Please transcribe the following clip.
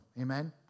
Amen